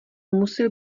musil